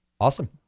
Awesome